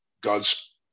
God's